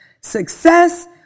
Success